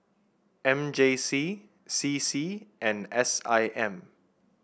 M J C C C and S I M